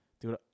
Dude